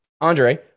Andre